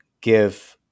give